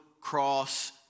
cross